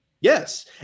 Yes